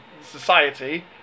society